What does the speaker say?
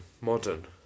modern